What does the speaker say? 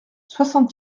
soixante